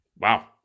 Wow